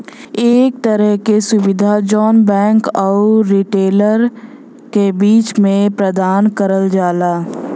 एक तरे क सुविधा जौन बैंक आउर रिटेलर क बीच में प्रदान करल जाला